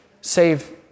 save